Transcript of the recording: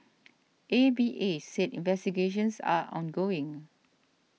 A V A said investigations are ongoing